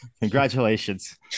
congratulations